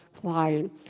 flying